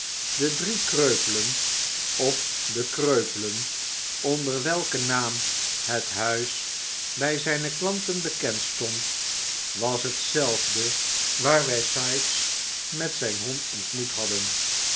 de drie kreupelen of de kreupelen onder welken naam het huis bij zijne klanten bekend stond was hetzelfde waar wij sikes met zijn hond ontmoet hebben